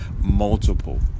multiple